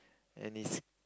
and is